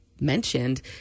mentioned